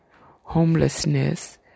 homelessness